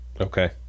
Okay